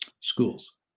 schools